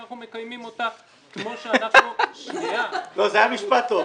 ואנחנו מקיימים אותה כמו שאנחנו --- זה היה משפט טוב,